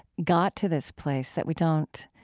got to this place that we don't